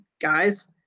Guys